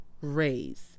raise